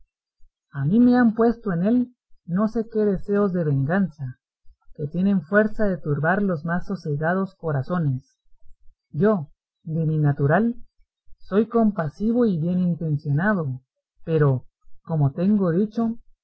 a mí me han puesto en él no sé qué deseos de venganza que tienen fuerza de turbar los más sosegados corazones yo de mi natural soy compasivo y bien intencionado pero como tengo dicho